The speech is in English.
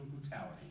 brutality